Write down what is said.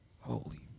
Holy